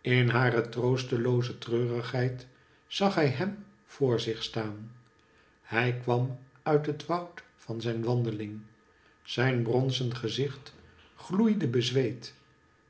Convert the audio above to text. in hare troostelooze treurigheid zag zij hem voor zich staan hij kwam uit het woud van zijn wandeling zijn bronzen gezicht gloeide bezweet